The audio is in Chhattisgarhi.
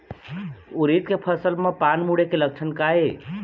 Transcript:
उरीद के फसल म पान मुड़े के लक्षण का ये?